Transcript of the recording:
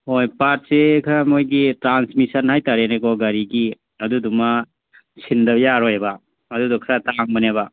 ꯍꯣꯏ ꯄꯥꯔꯠꯁꯤ ꯈꯔ ꯃꯣꯏꯒꯤ ꯇ꯭ꯔꯥꯟꯁꯃꯤꯁꯟ ꯍꯥꯏꯇꯔꯦꯅꯦꯀꯣ ꯒꯥꯔꯤꯒꯤ ꯑꯗꯨꯗꯨꯃ ꯁꯤꯟꯗꯕ ꯌꯥꯔꯣꯏꯑꯕ ꯑꯗꯨꯗꯣ ꯈꯔ ꯇꯥꯡꯕꯅꯦꯕ